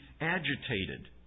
agitated